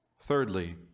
Thirdly